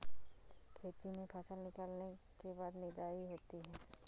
खेती में फसल निकलने के बाद निदाई होती हैं?